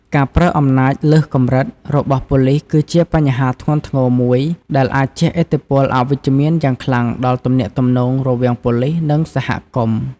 ការ ប្រើអំណាចលើសកម្រិត របស់ប៉ូលីសគឺជាបញ្ហាធ្ងន់ធ្ងរមួយដែលអាចជះឥទ្ធិពលអវិជ្ជមានយ៉ាងខ្លាំងដល់ទំនាក់ទំនងរវាងប៉ូលិស និងសហគមន៍។